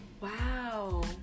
Wow